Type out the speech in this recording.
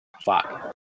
fuck